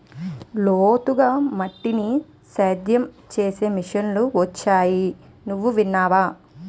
లోతుగా మట్టిని సేద్యం చేసే మిషన్లు వొచ్చాయి నువ్వు విన్నావా?